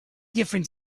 different